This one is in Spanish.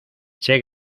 che